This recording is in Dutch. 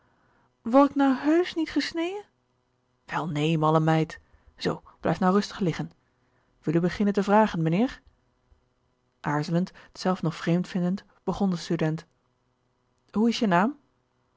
wor ik nou heusch niet gesneje wel nee malle meid zoo blijf nou rustig liggen wil u beginnen te vragen mijnheer aarzelend t zelf nog vreemd vindend begon de student hoe is je naam